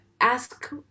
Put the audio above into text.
ask